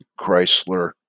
Chrysler